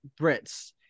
brits